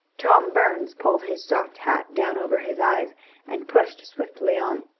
tom burns pulled his soft hat down over his eyes and pushed swiftly on.